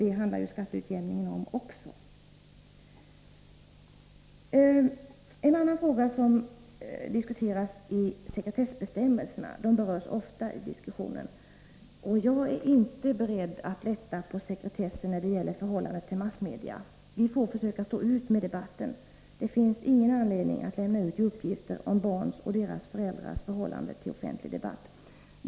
Detta handlar även skatteutjämningen om. En annan fråga är sekretessbestämmelserna — de berörs ofta i diskussionen. Jag är inte beredd att lätta på sekretessen när det gäller förhållandet till massmedia. Vi får försöka stå ut med debatten. Det finns ingen anledning att lämna ut uppgifter om barnens och deras föräldrars förhållanden till offentlig debatt.